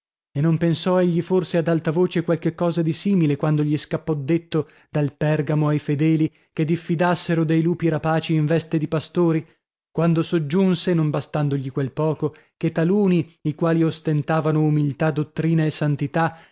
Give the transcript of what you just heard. e non pensò egli forse ad alta voce qualche cosa di simile quando gli scappò detto dal pergamo ai fedeli che diffidassero dei lupi rapaci in veste di pastori quando soggiunse non bastandogli quel poco che taluni i quali ostentavano umiltà dottrina e santità